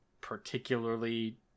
particularly